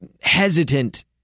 hesitant